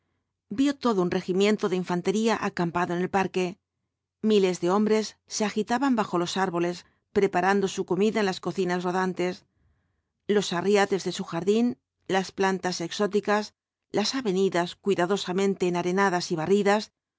vio todo un regimiento de infantería acampado en el parque miles de hombres se agitaban bajo los árboles preparando su comida en las cocinas rodantes los arriates de su jardín las plantas exóticas las avenidas cuidadosamente enarenadas y barridas